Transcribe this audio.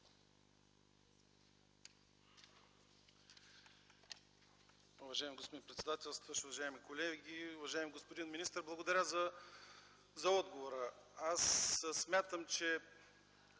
Уважаеми господин председателстващ, уважаеми колеги! Уважаеми господин министър, благодаря за отговора. Смятам, че